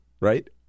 right